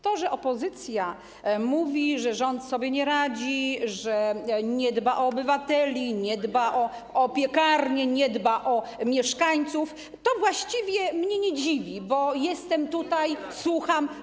To, że opozycja mówi, że rząd sobie nie radzi, że nie dba o obywateli, nie dba o piekarnie, nie dba o mieszkańców, to właściwie mnie nie dziwi, bo jestem tutaj, słucham.